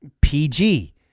PG